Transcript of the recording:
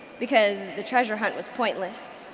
because the treasure hunt was pointless.